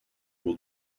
will